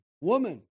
woman